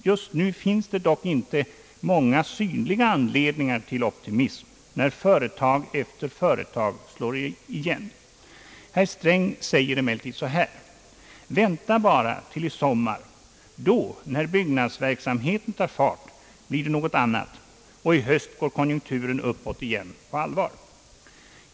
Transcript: Just nu finns det dock inte många synliga anledningar till optimism, när företag efter företag slår igen. Herr Sträng säger emellertid så här: Vänta bara till sommaren! Då, när byggnadsverksamheten tar fart, blir det nog annat, och i höst går konjunkturen uppåt igen på allvar.